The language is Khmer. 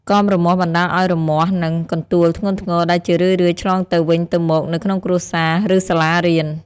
កមរមាស់បណ្តាលឱ្យរមាស់ និងកន្ទួលធ្ងន់ធ្ងរ ដែលជារឿយៗឆ្លងទៅវិញទៅមកនៅក្នុងគ្រួសារ ឬសាលារៀន។